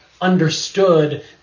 understood